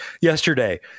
yesterday